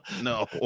No